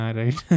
right